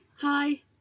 Hi